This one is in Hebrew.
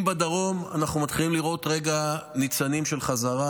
אם בדרום אנחנו מתחילים לראות ניצנים של חזרה,